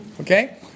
Okay